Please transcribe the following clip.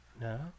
No